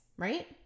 right